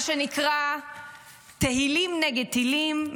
מה שנקרא תהילים נגד טילים,